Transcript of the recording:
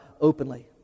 openly